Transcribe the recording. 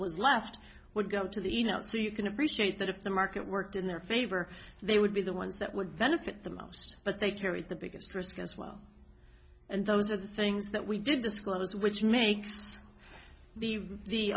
left would go to the not so you can appreciate that if the market worked in their favor they would be the ones that would benefit the most but they carry the biggest risk as well and those are the things that we did disclose which makes the the